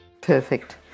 perfect